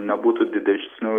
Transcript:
nebūtų didesnių